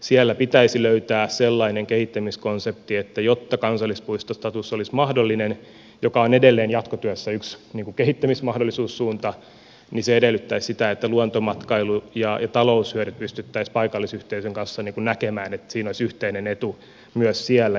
siellä pitäisi löytää sellainen kehittämiskonsepti että jotta kansallispuistostatus joka on edelleen jatkotyössä yksi kehittämismahdollisuussuunta olisi mahdollinen niin se edellyttäisi sitä että luontomatkailu ja taloushyödyt pystyttäisiin paikallisyhteisön kanssa näkemään niin että siinä olisi yhteinen etu myös siellä